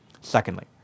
Secondly